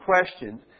questions